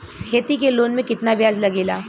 खेती के लोन में कितना ब्याज लगेला?